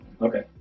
Okay